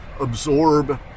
absorb